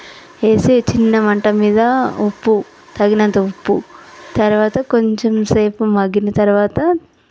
వేసి చిన్న మంట మీద ఉప్పు తగినంత ఉప్పు తరువాత కొంచెం సేపు మగ్గిన తరువాత